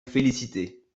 félicités